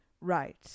right